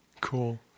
Cool